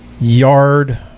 yard